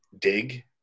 Dig